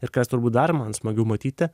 ir kas turbūt dar man smagiau matyti